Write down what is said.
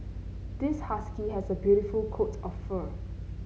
this husky has a beautiful coat of fur